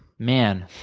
man.